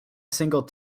single